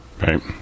Right